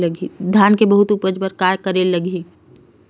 धान के बहुत उपज बर का करेला लगही?